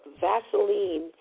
Vaseline